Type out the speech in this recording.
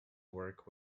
work